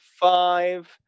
five